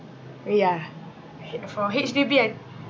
orh yeah for H_D_B I